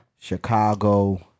Chicago